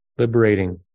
liberating